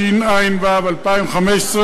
התשע"ו 2015,